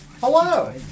Hello